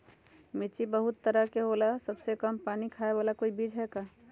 मिर्ची बहुत तरह के होला सबसे कम पानी खाए वाला कोई बीज है का?